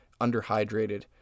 underhydrated